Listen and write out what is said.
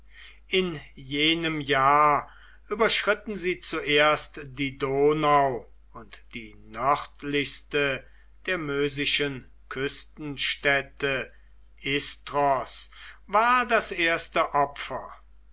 in jenem jahr überschritten sie zuerst die donau und die nördlichste der mösischen küstenstädte istros war das erste opfer